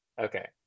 Okay